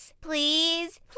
please